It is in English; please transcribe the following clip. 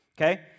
Okay